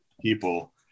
people